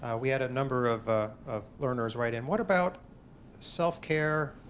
ah we had a number of ah of learners write-in. what about self-care,